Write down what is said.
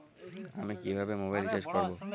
আমি কিভাবে mobile recharge করব?